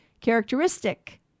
characteristic